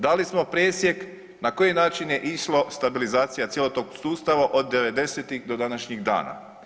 Dali smo presjek na koji je način išlo, stabilizacija cijelog tog sustava od 90-ih do današnjih dana.